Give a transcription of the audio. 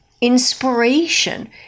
inspiration